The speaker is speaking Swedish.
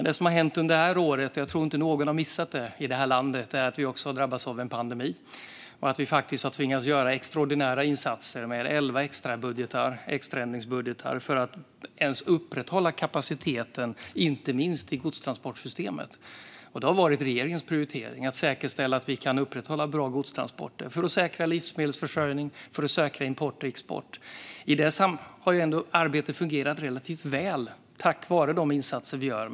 Det som har hänt under det här året - jag tror inte att någon i detta land har missat det - är att vi har drabbats av en pandemi och att vi har tvingats att göra extraordinära insatser, med elva extra ändringsbudgetar, för att ens upprätthålla kapaciteten, inte minst i godstransportsystemet. Regeringens prioritering har varit att säkerställa att vi kan upprätthålla bra godstransporter för att säkra livsmedelsförsörjningen och för att säkra import och export. I det sammanhanget har arbetet fungerat relativt väl tack vare de insatser vi gjort.